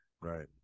Right